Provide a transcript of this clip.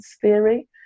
theory